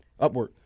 Upwork